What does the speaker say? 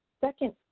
second,